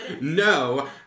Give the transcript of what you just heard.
No